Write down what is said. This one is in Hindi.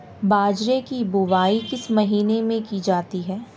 बाजरे की बुवाई किस महीने में की जाती है?